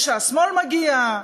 או שהשמאל מגיע,